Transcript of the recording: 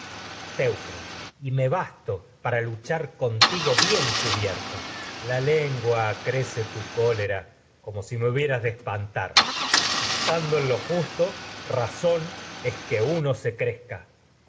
y teucro bierto me basto para luchar contigo bien cu menelao hubieras de la lengua acrece tu cólera como si me espantar estando en teucro crezca lo justo razón es que uno se